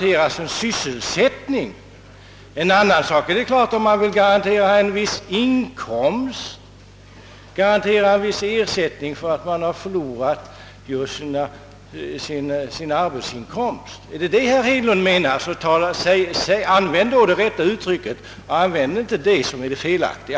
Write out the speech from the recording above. En annan sak är om man vill garantera en viss inkomst, en viss ersättning för den som förlorat sin arbetsinkomst. Menar herr Hedlund detta, använd då det rätta uttrycket och inte det felaktiga!